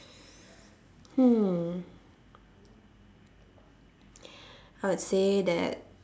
hmm I would say that